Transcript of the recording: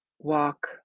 walk